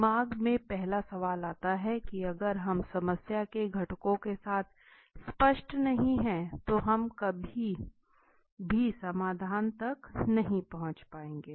दिमाग में पहला सवाल आता है कि अगर हम समस्या के घटकों के साथ स्पष्ट नहीं हैं तो हम कभी भी समाधान तक नहीं पहुंच पाएंगे